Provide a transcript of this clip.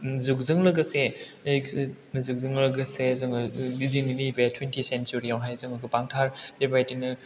जुगजों लोगोसे जोङो दिनैनि बे टुवेन्टि सेनसुरियावहाय जोङो गोबांथार बेबायदिनो